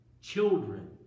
children